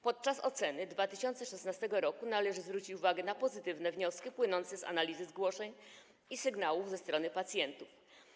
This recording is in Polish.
Podczas oceny 2016 r. należy zwrócić uwagę na pozytywne wnioski płynące z analizy zgłoszeń i sygnałów ze strony pacjentów.